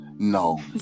No